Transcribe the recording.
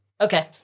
Okay